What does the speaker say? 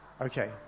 Okay